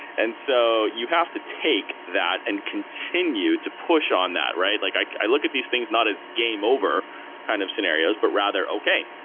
and so you have to take that and continue to push on that, right? like i look at these things not as game over kind of scenarios, but rather, okay.